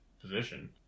position